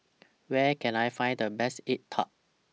Where Can I Find The Best Egg Tart